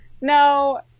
no